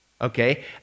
okay